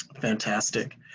Fantastic